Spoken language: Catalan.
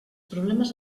problemes